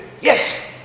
Yes